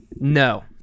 No